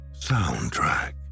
soundtrack